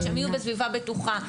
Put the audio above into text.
שהם יהיו בסביבה בטוחה,